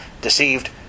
deceived